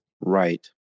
Right